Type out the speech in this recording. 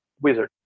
Wizard